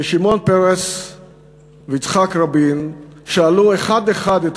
שמעון פרס ויצחק רבין שאלו אחד-אחד את